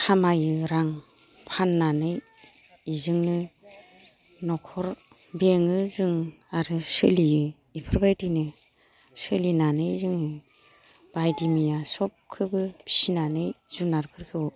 खामायो रां फाननानै इजोंनो न'खर बेङो जों आरो सोलियो इफोरबायदिनो सोलिनानै जों बायदि मैया सबखोबो फिनानै जुनारफोरखौ